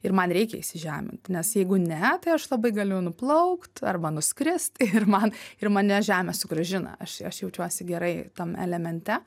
ir man reikia įsižeminti nes jeigu ne tai aš labai galiu nuplaukt arba nuskrist ir man ir mane žemė sugrąžina aš aš jaučiuosi gerai tam elemente